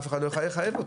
אף אחד לא יוכל לחייב אותם,